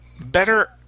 better